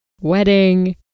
wedding